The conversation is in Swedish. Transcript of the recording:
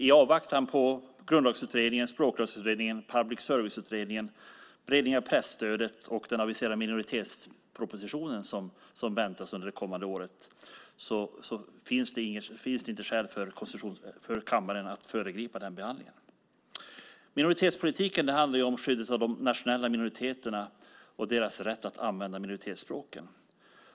I avvaktan på Grundlagsutredningen, Språklagsutredningen, Public service-utredningen, beredningen av presstödet och den aviserade minoritetspropositionen som väntas under det kommande året finns det inte skäl för kammaren att föregripa den behandlingen. Minoritetspolitiken handlar om skyddet av de nationella minoriteterna och deras rätt att använda minoritetsspråken.